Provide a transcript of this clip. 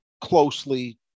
closely